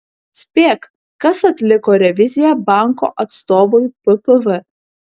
spėk kas atliko reviziją banko atstovui ppv